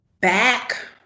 back